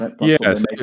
Yes